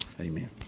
Amen